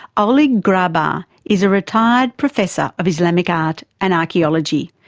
oleg grabar is a retired professor of islamic art and archaeology,